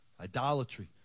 Idolatry